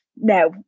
No